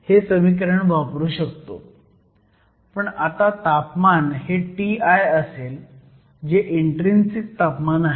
पण आता तापमान हे Ti असेल जे इन्ट्रीन्सिक तापमान आहे